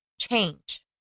change